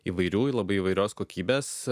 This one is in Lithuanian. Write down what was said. įvairių labai įvairios kokybės